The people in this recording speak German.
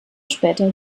später